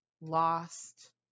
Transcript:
lost